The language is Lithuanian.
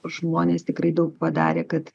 žmonės tikrai daug padarė kad